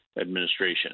Administration